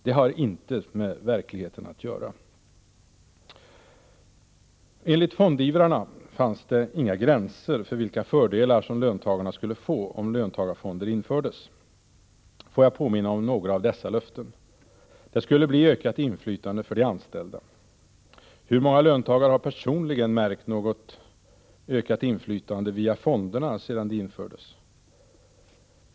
Det har intet med verkligheten att göra. Enligt fondivrarna fanns det inga gränser för vilka fördelar som löntagarna skulle få om löntagarfonder infördes. Får jag påminna om några av dessa löften: Det skulle bli ökat inflytande för de anställda. Hur många löntagare har personligen märkt något ökat inflytande via fonderna sedan de infördes?